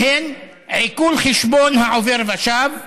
שהן עיקול חשבון העובר ושב,